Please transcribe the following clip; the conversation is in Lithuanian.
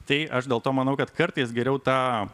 tai aš dėl to manau kad kartais geriau tą